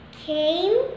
came